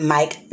Mike